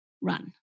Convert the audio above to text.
run